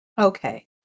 Okay